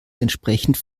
entsprechend